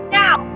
now